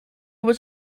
was